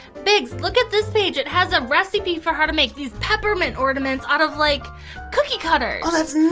biggs, look at this page, it has a recipe for how to make these peppermint ornaments out of like cookie cutters. oh, thats